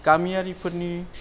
गामियारिफोरनि